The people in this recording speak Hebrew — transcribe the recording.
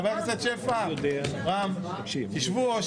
חבר הכנסת שפע, רם, תשבו.